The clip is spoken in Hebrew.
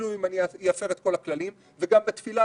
כלום אם אפר את כל הכללים וגם בתפילה,